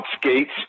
skates